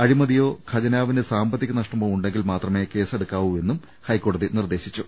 അഴിമതിയോ ഖജനാവിന് സാമ്പത്തിക നഷ്ടമോ ഉണ്ടെങ്കിൽ മാത്രമേ ്കേസ്സെടുക്കാവു എന്നും ഹൈക്കോടതി നിർദേശിച്ചു